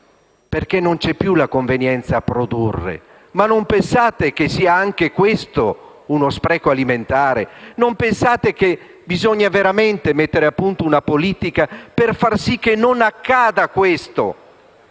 perché non c'è più la convenienza a produrre. Non pensate che sia anche questo uno spreco alimentare? Non pensate che bisogna veramente mettere a punto una politica per far sì che questo